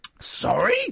Sorry